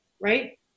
right